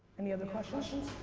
any other questions?